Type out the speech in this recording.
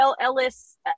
Ellis